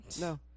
no